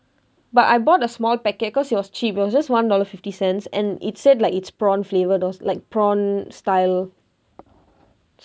but I bought a small packet cause it was cheap it was just one dollars and fifty cents and it said like it's prawn flavoured like prawn style